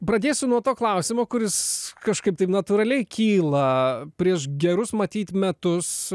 pradėsiu nuo to klausimo kuris kažkaip taip natūraliai kyla prieš gerus matyt metus